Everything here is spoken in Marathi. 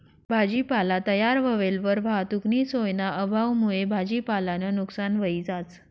भाजीपाला तयार व्हयेलवर वाहतुकनी सोयना अभावमुये भाजीपालानं नुकसान व्हयी जास